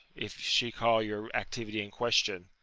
if she call your activity in question.